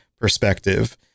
perspective